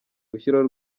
gushyiraho